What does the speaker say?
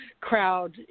crowd